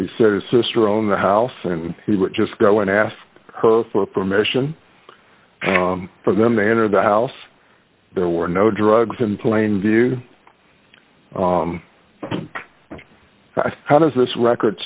he said his sister owned the house and he would just go and ask her for permission for them to enter the house there were no drugs in plain view i how does this record